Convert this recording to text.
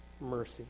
mercy